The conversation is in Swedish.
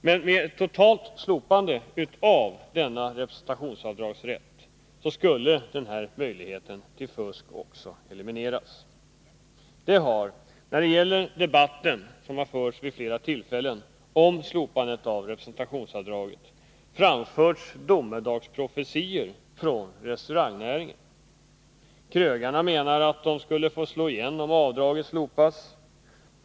Med ett totalt slopande av rätten till representationsavdrag skulle den möjligheten till fusk elimineras. I den debatt som har förts vid flera tillfällen om slopandet av representationsavdragen har det framförts domedagsprofetior från restaurangnäringen. Krögarna menar att de skulle få slå igen verksamheten om avdragsrätten slopades.